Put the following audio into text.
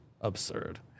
Absurd